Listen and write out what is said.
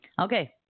Okay